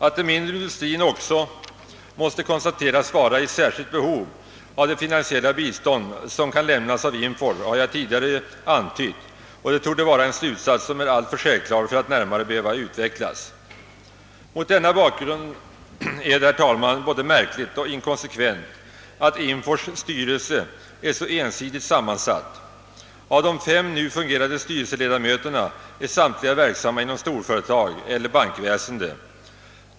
Att den mindre industrin också måste konstateras vara i särskilt behov av det finansiella bistånd som kan lämnas av INFOR har jag tidigare antytt, och det torde vara en slutsats som är alltför självklar för att närmare behöva utvecklas. Mot denna bakgrund är det, herr talman, både märkligt och inkonsekvent att INFÖR :s styrelse är så ensidigt sammansatt. Samtliga fem nu fungerande styrelseledamöter är verksamma inom storföretag eller bankväsende.